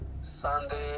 Sunday